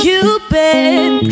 Cupid